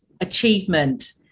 achievement